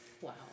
Wow